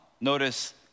Notice